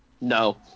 No